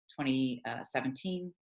2017